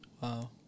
wow